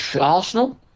Arsenal